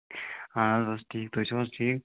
اَہَن حظ ٹھیٖک تُہۍ چھِو حظ ٹھیٖک